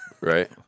Right